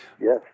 Yes